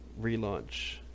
relaunch